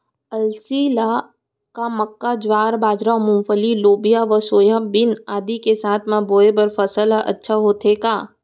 अलसी ल का मक्का, ज्वार, बाजरा, मूंगफली, लोबिया व सोयाबीन आदि के साथ म बोये बर सफल ह अच्छा होथे का?